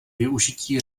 využití